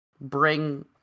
bring